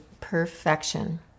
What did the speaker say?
perfection